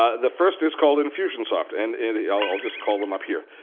ah the first is called infusionsoft. and and i'll i'll just call them up here,